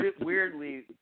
weirdly